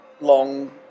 long